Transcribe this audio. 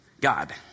God